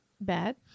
bad